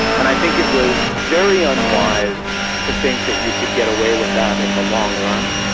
and i think it was very unwise to think that you could get away with that in the long run.